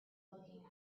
looking